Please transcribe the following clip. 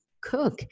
cook